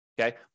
Okay